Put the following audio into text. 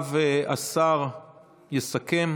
אחריו השר יסכם,